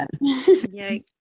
yikes